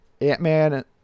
Ant-Man